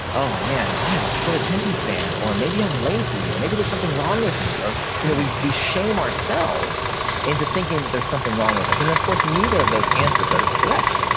oh, man. i have a short attention span, or maybe i'm lazy, or maybe there's something wrong with me. you know we we shame ourselves into thinking that there's something wrong with us. and of course neither of those answers are correct.